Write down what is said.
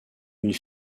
une